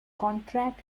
contract